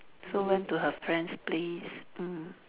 so went to her friend's place mm